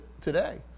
today